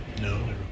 no